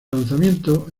lanzamiento